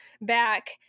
back